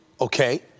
okay